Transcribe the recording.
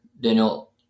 Daniel